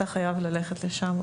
אתה חייב ללכת לשם,